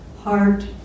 heart